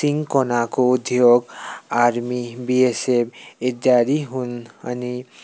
सिन्कोनाको उद्योग army BSF इत्यादि हुन् अनि